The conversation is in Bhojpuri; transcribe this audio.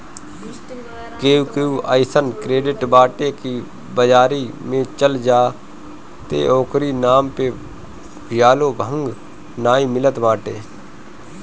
केहू केहू के अइसन क्रेडिट बाटे की बाजारी में चल जा त ओकरी नाम पे भुजलो भांग नाइ मिलत बाटे